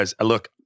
Look